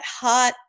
Hot